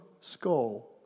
skull